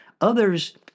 others